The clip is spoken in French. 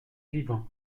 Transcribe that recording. vivant